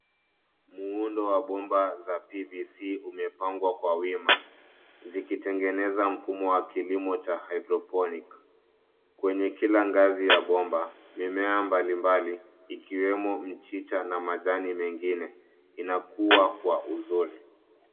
Muundo wa bomba za PVC umepangwa kwa wima zikitengeneza mfumo wa kilimo cha hydroponic kwenye kila ngazi ya bomba, mimea mbalimbali ikiwemo michicha na majani mengine inakua kwa huzuni.